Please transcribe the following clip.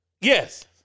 Yes